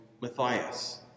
Matthias